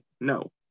no